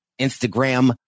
Instagram